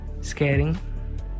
scaring